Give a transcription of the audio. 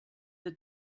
the